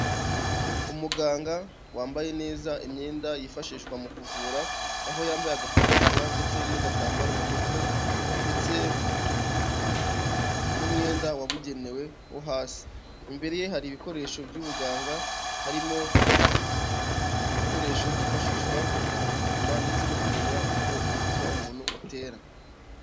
Umuganga wambaye neza imyenda yifashishwa mu kuvura aho yambaye agapfukamunwa ndetse n'agatambaro mu mutwe ndetse n'umwenda wabugenewe wo hasi. Imbere ye hari ibikoresho by'ubuganga harimo ibikoresho byifashishwa mu gupima ndetse no kumenya uko umutima w'umuntuntu utera.